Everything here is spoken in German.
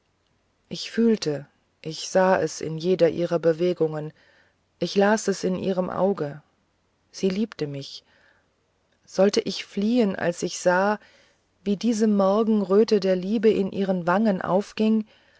ich fühlte ich sah es an jeder ihrer bewegungen ich las es in ihrem auge sie liebte mich sollte ich fliehen als ich sah wie diese morgenröte der liebe in ihren wangen aufging